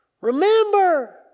Remember